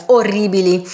orribili